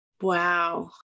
wow